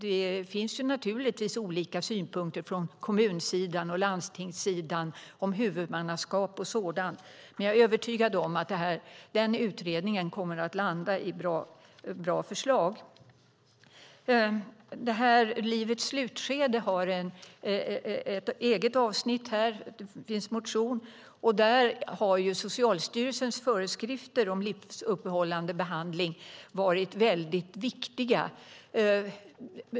Det finns naturligtvis olika synpunkter från kommun och landstingssidan om huvudmannaskap och sådant, men jag är övertygad om att denna utredning kommer att landa i bra förslag. Det finns en motion om livets slutskede som har ett eget avsnitt här. Där har Socialstyrelsens föreskrifter om livsuppehållande behandling varit väldigt viktiga.